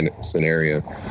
scenario